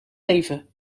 even